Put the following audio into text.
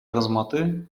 кызматы